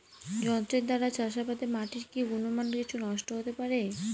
যন্ত্রের দ্বারা চাষাবাদে মাটির কি গুণমান কিছু নষ্ট হতে পারে?